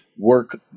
work